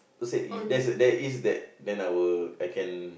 who say if there's there is there then I will I can